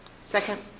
Second